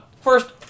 First